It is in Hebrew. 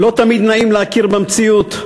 לא תמיד נעים להכיר במציאות,